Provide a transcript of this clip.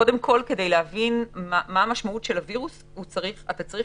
כדי להבין מה המשמעות של הווירוס אתה צריך